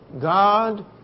God